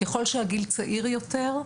שהגיל צעיר יותר,